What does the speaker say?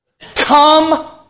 Come